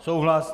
Souhlas?